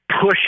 push